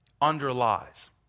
underlies